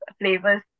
flavors